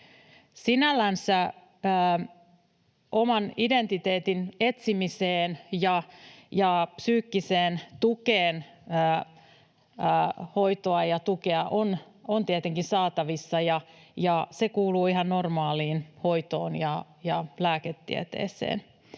Sinällänsä oman identiteetin etsimiseen ja psyykkiseen tukeen hoitoa ja tukea on tietenkin saatavissa, ja se kuuluu ihan normaaliin hoitoon ja lääketieteeseen.